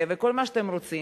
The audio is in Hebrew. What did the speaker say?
וכל מה שאתם רוצים.